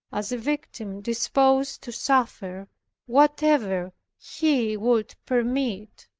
as a victim disposed to suffer whatever he would permit.